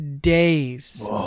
days